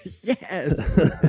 Yes